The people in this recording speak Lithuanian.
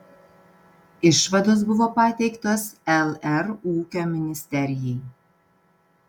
išvados buvo pateiktos lr ūkio ministerijai